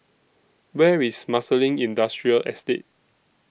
Where IS Marsiling Industrial Estate